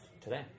today